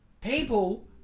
people